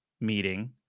meeting